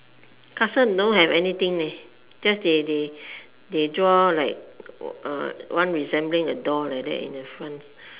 castle don't have anything leh just they they they draw like uh one resembling like a door like that in the front